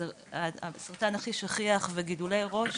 מה מגיע לו ומתי ואיפה עומדות הבקשות שהוגשו באמצעות